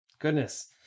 goodness